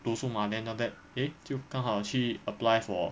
读书嘛 than after that eh 就刚好去 apply for